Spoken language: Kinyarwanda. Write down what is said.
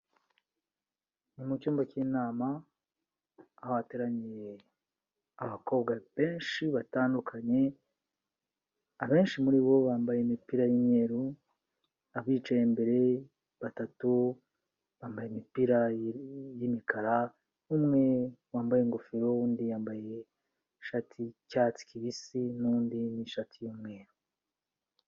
Ni mu cyuyumba cy'inama, aho hateraniye abakobwa benshi batandukanye, abenshi muri bo bambaye imipira y'imyeru abicaye imbere batatu bambaye imipira y'imikara, umwe wambaye ingofero n'undi yambaye ishati y'icyatsi kibisi n'undi n'ishati y'umweru.